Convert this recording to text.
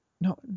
no